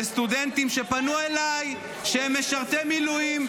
שסטודנטים שפנו אליי שהם משרתי מילואים,